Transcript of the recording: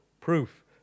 proof